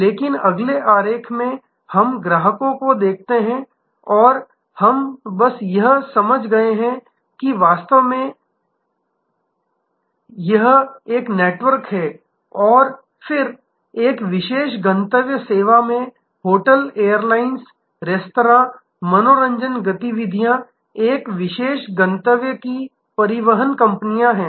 लेकिन अगले आरेख में हम ग्राहकों को देखते हैं और हम बस यह समझ गए हैं कि यह वास्तव में एक नेटवर्क है और फिर एक विशेष गंतव्य गोवा में होटल एयरलाइंस रेस्तरां मनोरंजन गतिविधियां एक विशेष गंतव्य की परिवहन कंपनियां हैं